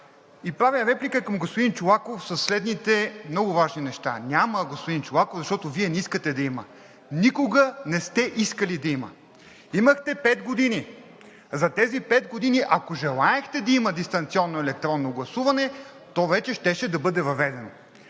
И правя реплика към господин Чолаков със следните много важни неща. Няма, господин Чолаков, защото Вие не искате да има. Никога не сте искали да има. Имахте пет години. За тези пет години, ако желаехте да има дистанционно електронно гласуване, то вече щеше да бъде въведено.